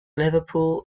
liverpool